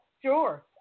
Sure